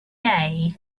day